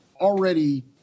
already